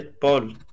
Paul